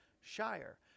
shire